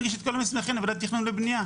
לו את כל המסמכים לעבודות תכנון ובנייה.